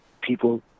people